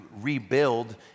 rebuild